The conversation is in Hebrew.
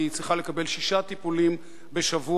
כי היא צריכה לקבל שישה טיפולים בשבוע,